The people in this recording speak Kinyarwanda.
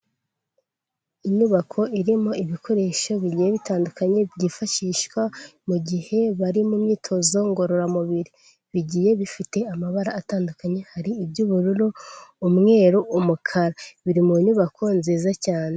Inyubako irimo ibikoresho bigiye bitandukanye byifashishwa mu gihe bari mu myitozo ngororamubiri, bigiye bifite amabara atandukanye, hari iby'ubururu, umweru, umukara, biri mu nyubako nziza cyane.